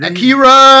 Akira